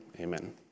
Amen